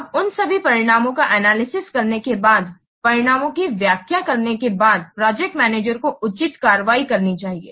अब उन सभी परिणामों का एनालिसिस करने के बाद परिणामों की व्याख्या करने के बाद प्रोजेक्ट मैनेजर को उचित कार्रवाई करनी चाहिए